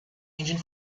engine